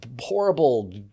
horrible